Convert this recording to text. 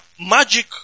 magic